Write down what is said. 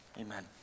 amen